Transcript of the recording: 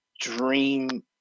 dream